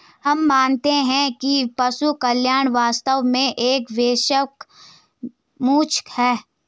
हम मानते हैं कि पशु कल्याण वास्तव में एक वैश्विक मुद्दा है